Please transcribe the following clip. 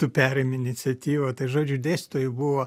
tu perimi iniciatyvą tai žodžiu dėstytojų buvo